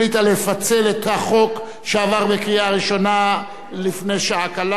לפצל את החוק שעבר בקריאה ראשונה לפני שעה קלה,